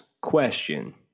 question